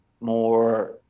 more